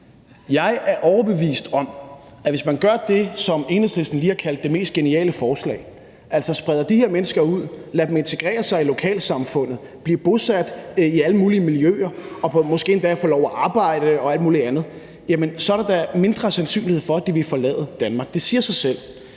Jeg er overbevist om, at hvis man gør det, som Enhedslisten lige har kaldt det mest geniale forslag, altså spreder de her mennesker ud, lader dem integrere sig i lokalsamfundet og bosætte sig i alle mulige miljøer og måske endda lader dem få lov at arbejde og al mulig andet, så er der da mindre sandsynlighed for, at de vil forlade Danmark. Det siger sig selv.